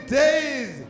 days